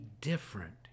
different